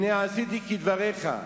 הנה עשיתי כדבריך,